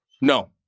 No